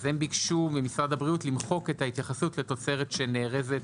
אז הם ביקשו ממשרד הבריאות למחוק את ההתייחסות לתוצרת שנארזת